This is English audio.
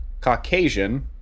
Caucasian